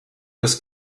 was